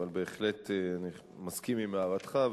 אבל אני בהחלט מסכים להערתך,